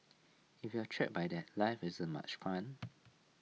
if you are trap by that life isn't much fun